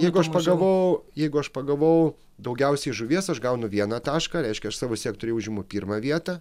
jeigu aš pogavau jeigu aš pagavau daugiausiai žuvies aš gaunu vieną tašką reiškia aš savo sektoriuj užima pirmą vietą